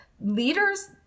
leaders